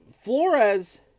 Flores